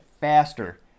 faster